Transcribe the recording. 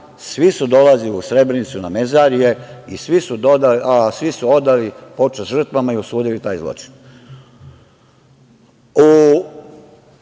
svi su dolazili u Srebrenicu na mezarje i svi su odali počast žrtvama i osudili taj zločin. U